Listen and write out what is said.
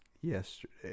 yesterday